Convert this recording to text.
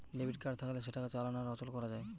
debit card থাকলে সেটাকে চালানো আর অচল করা যায়